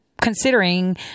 considering